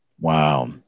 Wow